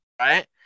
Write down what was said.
right